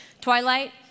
Twilight